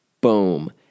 Boom